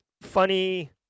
funny